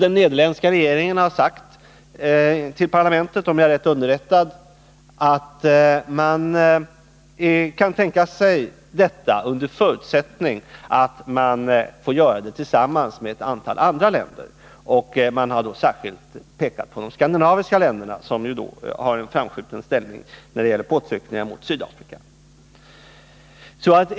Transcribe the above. Den nederländska regeringen har sagt till parlamentet — om jag är rätt underrättad — att man kan tänka sig detta under förutsättning att man får göra det tillsammans med ett antal andra länder, och man har då särskilt pekat på de skandinaviska länderna som har en framskjuten ställning när det gäller påtryckningar mot Sydafrika.